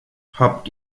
habt